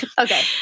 Okay